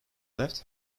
left